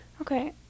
Okay